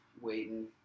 waiting